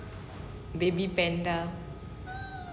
baby panda